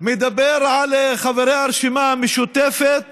מדבר על חברי הרשימה המשותפת